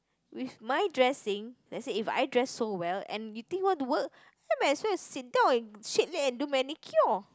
with my dressing let's say If I dress so well and you think want to work then might as well I sit down and shake leg and do manicure